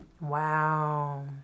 Wow